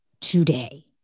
today